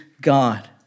God